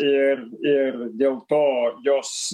ir ir dėl to jos